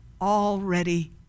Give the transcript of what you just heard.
already